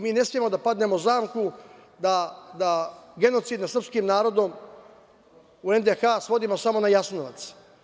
Mi ne smemo da padnemo u zamku da genocid nad sprskim narodom u NDH svodimo samo na Jasenovac.